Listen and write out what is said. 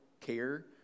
care